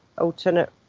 alternate